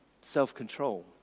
self-control